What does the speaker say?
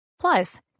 Plus